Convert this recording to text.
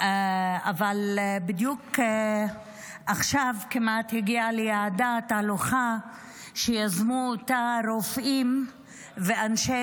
אבל בדיוק עכשיו הגיעה ליעדה תהלוכה שיזמו רופאים ואנשי